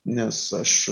nes aš